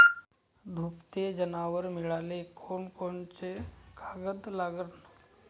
दुभते जनावरं मिळाले कोनकोनचे कागद लागन?